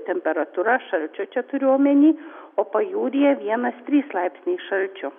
temperatūra šalčio čia turiu omeny o pajūryje vienas trys laipsniai šalčio